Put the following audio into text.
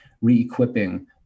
re-equipping